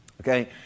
Okay